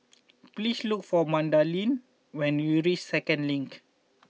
please look for Madalyn when you reach Second Link